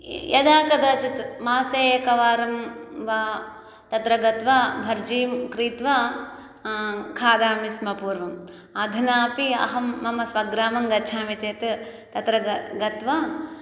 यदा कदाचित् मासे एकवारं वा तत्र गत्वा भर्जीं क्रीत्वा खादामि स्म पूर्वम् अधुनापि अहं मम स्वग्रामं गच्छामि चेत् तत्र ग गत्वा